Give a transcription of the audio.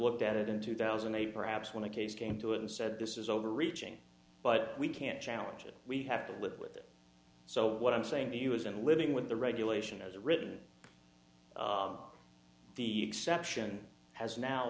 looked at it in two thousand and eight perhaps when a case came to it and said this is overreaching but we can't challenge it we have to live with it so what i'm saying to you is and living with the regulation as written the exception has now